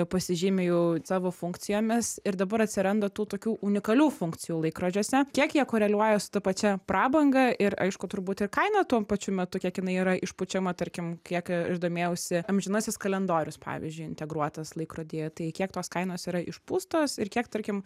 pasižymi jau savo funkcijomis ir dabar atsiranda tų tokių unikalių funkcijų laikrodžiuose kiek jie koreliuoja su ta pačia prabanga ir aišku turbūt ir kaina tuo pačiu metu kiek jinai yra išpučiama tarkim kiek aš domėjausi amžinasis kalendorius pavyzdžiui integruotas laikrodyje tai kiek tos kainos yra išpūstos ir kiek tarkim